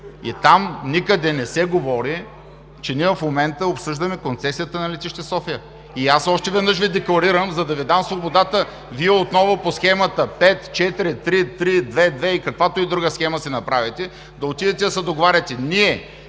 и там никъде не се говори, че ние в момента обсъждаме концесията на Летище София. Аз още веднъж Ви декларирам, за да Ви дам свободата Вие отново по схемата 5,4,3,3,2,2 и каквато друга схема си направите да отидете да се договаряте. Ние